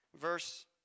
Verse